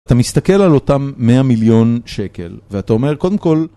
אתה מסתכל על אותם 100 מיליון שקל ואתה אומר, קודם כל...